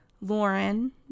Lauren